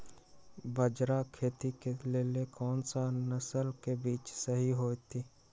बाजरा खेती के लेल कोन सा नसल के बीज सही होतइ?